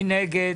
מי נגד?